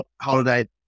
holiday